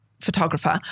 photographer